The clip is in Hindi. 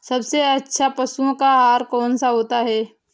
सबसे अच्छा पशुओं का आहार कौन सा होता है?